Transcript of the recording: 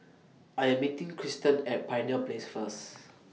I Am meeting Kristan At Pioneer Place First